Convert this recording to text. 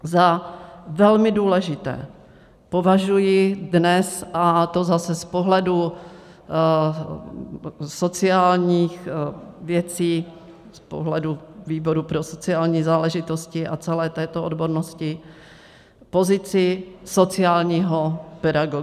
Za velmi důležité považuji dnes, a to zase z pohledu sociálních věcí, z pohledu výboru pro sociální záležitosti a celé této odbornosti, pozici sociálního pedagoga.